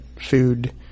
food